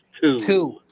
Two